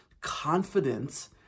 confidence